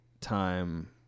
time